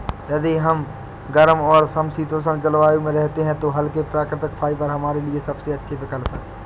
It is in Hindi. यदि हम गर्म और समशीतोष्ण जलवायु में रहते हैं तो हल्के, प्राकृतिक फाइबर हमारे लिए सबसे अच्छे विकल्प हैं